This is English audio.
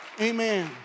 Amen